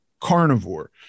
carnivore